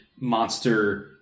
monster